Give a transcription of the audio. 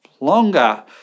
longer